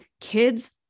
kids